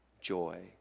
joy